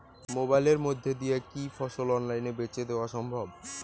মোবাইলের মইধ্যে দিয়া কি ফসল অনলাইনে বেঁচে দেওয়া সম্ভব?